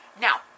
Now